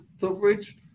coverage